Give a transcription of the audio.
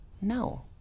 No